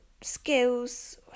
skills